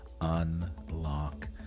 unlock